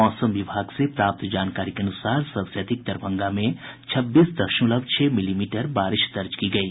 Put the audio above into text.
मौसम विभाग से प्राप्त जानकारी के अनुसार सबसे अधिक दरभंगा में छब्बीस दशमलव छह मिलीमीटर बारिश दर्ज की गयी